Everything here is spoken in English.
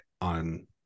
on